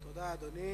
תודה, אדוני.